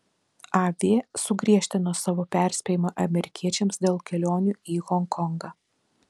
av sugriežtino savo perspėjimą amerikiečiams dėl kelionių į honkongą